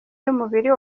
y’umubiri